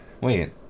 wait